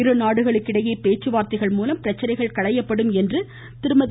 இருநாடுகளுக்கு இடையே பேச்சுவார்த்தைகள் மூலம் பிரச்சனைகள் களையப்படும் என்று திருமதி